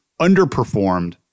underperformed